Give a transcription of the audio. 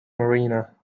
mariner